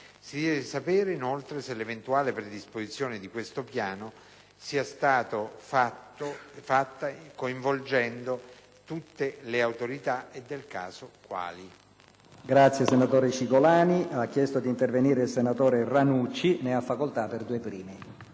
chiede di sapere, inoltre, se l'eventuale predisposizione di questo piano sia stata fatta coinvolgendo tutte le autorità e, del caso, quali.